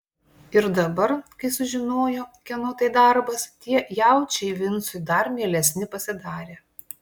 ir dabar kai sužinojo kieno tai darbas tie jaučiai vincui dar mielesni pasidarė